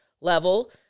level